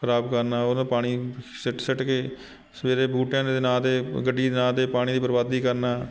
ਖਰਾਬ ਕਰਨਾ ਉਹਦਾ ਪਾਣੀ ਸਿੱਟ ਸਿੱਟ ਕੇ ਸਵੇਰੇ ਬੂਟਿਆਂ ਦੇ ਨਾਂ 'ਤੇ ਗੱਡੀ ਦੇ ਨਾਂ 'ਤੇ ਪਾਣੀ ਦੀ ਬਰਬਾਦੀ ਕਰਨਾ